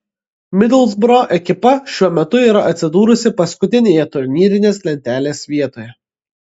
midlsbro ekipa šiuo metu yra atsidūrusi paskutinėje turnyrinės lentelės vietoje